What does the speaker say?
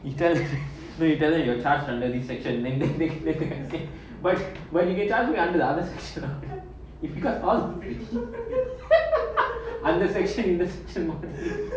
you know you better you are charged under this section magnetic can take bike where you can childhood under the other sister lah if you got all under section in this